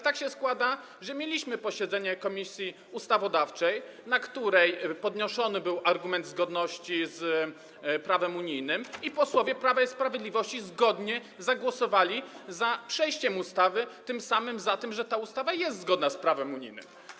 Tak się składa, że mieliśmy posiedzenie Komisji Ustawodawczej, na którym podnoszony był argument zgodności z prawem unijnym i posłowie Prawa i Sprawiedliwości zgodnie zagłosowali za przejściem ustawy, tym samym za tym, że ta ustawa jest zgodna z prawem unijnym.